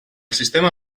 sistema